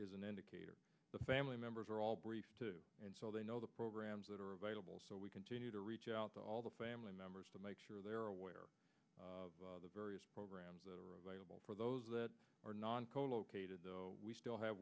is an indicator the family members are all briefed and so they know the programs that are available so we continue to reach out to all the family members to make sure they're aware of the various programs that are available for those that are non colocated we still have